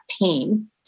pain